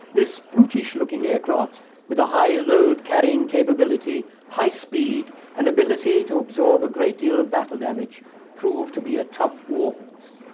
this brutish looking aircraft with a high load carrying capability, high speed, and ability to absorb a great deal of battle damage proved to be a tough war horse.